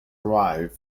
arrive